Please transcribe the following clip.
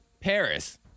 Paris